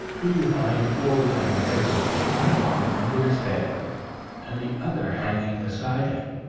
he was lying forward on the table with one arm under his head and the other hanging beside him.